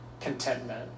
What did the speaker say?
contentment